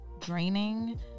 draining